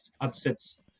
upsets